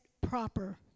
proper